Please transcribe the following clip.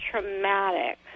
traumatic